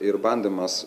ir bandymas